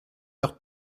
leur